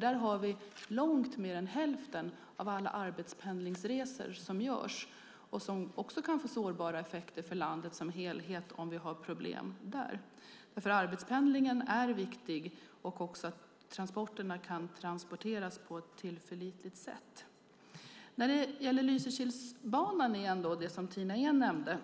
Där görs långt mer än hälften av alla arbetspendlingsresor, och problem där kan få sårbara effekter för landet som helhet. Arbetspendlingen är viktig liksom att transporterna kan ske på ett tillförlitligt sätt. När det gäller Lysekilsbanan är det som Tina Ehn nämnde